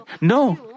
No